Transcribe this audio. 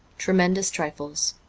tremendous trifles.